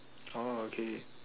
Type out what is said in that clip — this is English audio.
oh okay